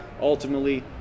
ultimately